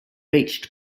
reached